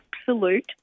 absolute